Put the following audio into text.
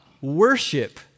worship